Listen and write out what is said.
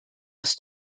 was